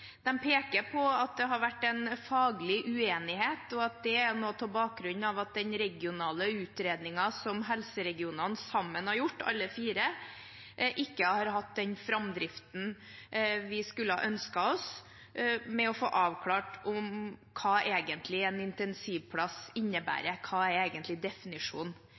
peker på at det har vært en faglig uenighet, og at det er noe av bakgrunnen for at den regionale utredningen som alle fire helseregionene har gjort sammen, ikke har hatt den framdriften vi skulle ønsket oss med å få avklart hva en intensivplass egentlig innebærer, hva som egentlig er definisjonen.